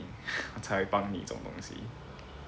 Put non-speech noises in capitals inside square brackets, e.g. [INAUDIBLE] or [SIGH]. [LAUGHS] 才帮你你做东西